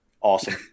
awesome